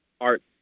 art